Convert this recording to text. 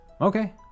Okay